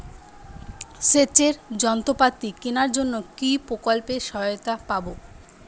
সেচের যন্ত্রপাতি কেনার জন্য কি প্রকল্পে সহায়তা পাব?